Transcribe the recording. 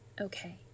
Okay